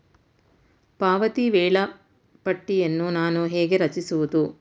ಪಾವತಿ ವೇಳಾಪಟ್ಟಿಯನ್ನು ನಾನು ಹೇಗೆ ರಚಿಸುವುದು?